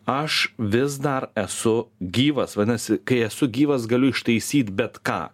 aš vis dar esu gyvas vadinasi kai esu gyvas galiu ištaisyt bet ką